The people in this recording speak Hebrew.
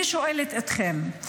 אני שואלת אתכם,